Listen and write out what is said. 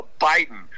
Biden